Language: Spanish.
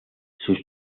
sus